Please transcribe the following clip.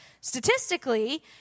statistically